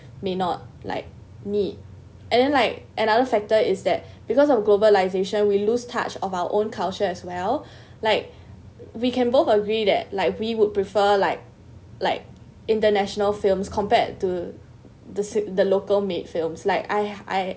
may not like need and then like another factor is that because of globalisation we lose touch of our own culture as well like we can both agree that like we would prefer like like international films compared to the suit the local made films like I I